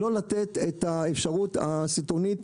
לא לתת את האפשרות הסיטונאית